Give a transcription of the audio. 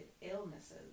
illnesses